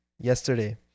Yesterday